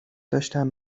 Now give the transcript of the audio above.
داشتم